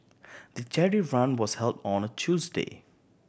the charity run was held on a Tuesday